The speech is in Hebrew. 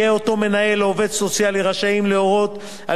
יהיו אותו מנהל או עובד סוציאלי רשאי להורות על